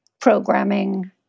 programming